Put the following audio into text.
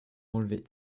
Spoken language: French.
enlevée